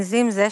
אנזים זה,